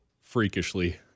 Freakishly